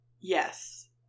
Yes